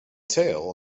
tail